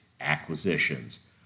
acquisitions